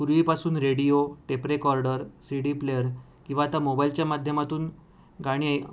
पूर्वीपासून radio tape recorder C D player किंवा आता मोबाईलच्या माध्यमातून गाणी ऐ